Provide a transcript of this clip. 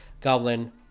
goblin